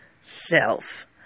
self